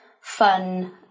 fun